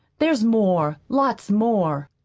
there's more lots more.